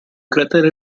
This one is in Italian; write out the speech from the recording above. cratere